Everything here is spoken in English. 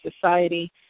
society